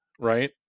right